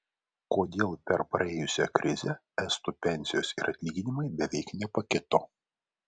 kodėl per praėjusią krizę estų pensijos ir atlyginimai beveik nepakito